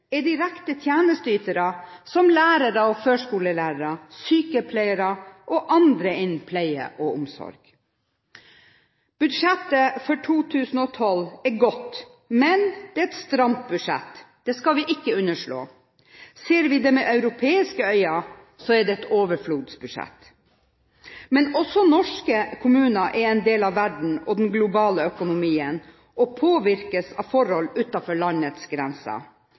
er direkte tjenesteytere som lærere og førskolelærere, sykepleiere og andre innen pleie og omsorg. Budsjettet for 2012 er godt, men det er et stramt budsjett, det skal vi ikke underslå. Ser vi det med europeiske øyne, er det et overflodsbudsjett. Men også norske kommuner er en del av verden og den globale økonomien, og påvirkes av forhold utenfor landets grenser.